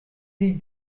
die